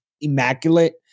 immaculate